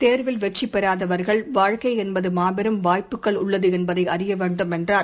தேர்வில் வெற்றிபெறாதவர்கள் வாழ்க்கைஎன்பதுமாபெரும் வாய்ப்புகள் உள்ளதுஎன்பதைஅறியவேண்டும் என்றார்